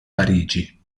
parigi